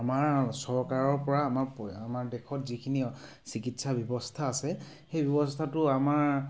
আমাৰ চৰকাৰৰ পৰা আমাৰ আমাৰ দেশত যিখিনি চিকিৎসা ব্যৱস্থা আছে সেই ব্যৱস্থাটো আমাৰ